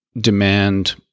demand